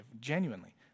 genuinely